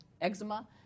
eczema